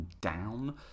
down